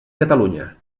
catalunya